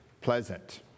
Pleasant